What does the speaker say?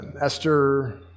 Esther